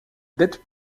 dette